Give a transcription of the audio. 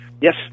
yes